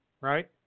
right